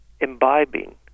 imbibing